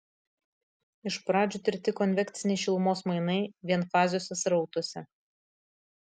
iš pradžių tirti konvekciniai šilumos mainai vienfaziuose srautuose